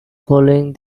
following